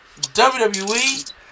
WWE